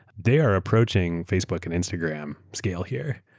they are approaching facebook and instagram scale here.